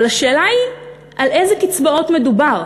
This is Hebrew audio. אבל השאלה היא על איזה קצבאות מדובר: